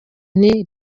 nti